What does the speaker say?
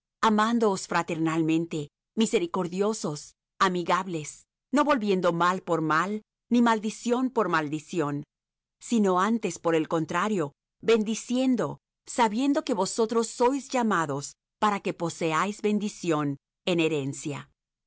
amándoos fraternalmente misericordiosos amigables no volviendo mal por mal ni maldición por maldición sino antes por el contrario bendiciendo sabiendo que vosotros sois llamados para que poseáis bendición en herencia